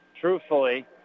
truthfully